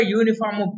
uniform